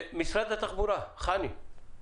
חני ממשרד התחבורה, בבקשה.